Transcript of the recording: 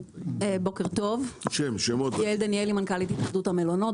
אני מנכ"לית התאחדות המלונות.